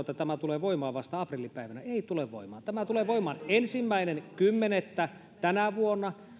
että tämä tulee voimaan vasta aprillipäivänä ei tule voimaan tämä tulee voimaan ensimmäinen kymmenettä tänä vuonna